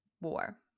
war